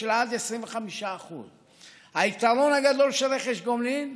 של 25%. היתרון הגדול של רכש גומלין,